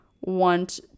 want